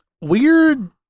weird